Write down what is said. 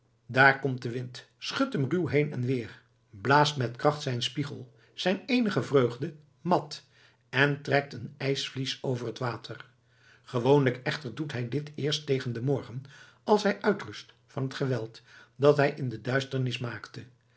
daar komt de wind schudt hem ruw heen en weer blaast met kracht zijn spiegel zijn eenige vreugde mat en trekt een ijsvlies over het water gewoonlijk echter doet hij dit eerst tegen den morgen als hij uitrust van het geweld dat hij in de duisternis maakte